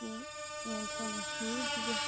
थोह्ड़ा ठीक गै